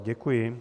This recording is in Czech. Děkuji.